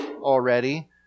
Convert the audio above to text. already